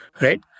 Right